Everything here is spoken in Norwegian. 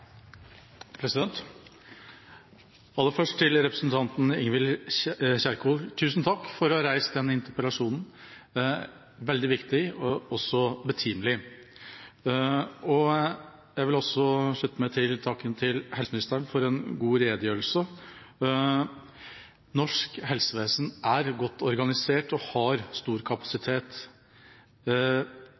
kommunane? Aller først: Tusen takk til representanten Ingvild Kjerkol for å ha reist denne interpellasjonen. Den er veldig viktig og også betimelig. Jeg vil også slutte meg til takken til helseministeren for en god redegjørelse. Norsk helsevesen er godt organisert og har stor kapasitet.